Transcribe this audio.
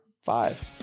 Five